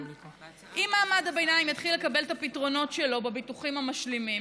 אם מעמד הביניים יתחיל לקבל את הפתרונות שלו בביטוחים המשלימים,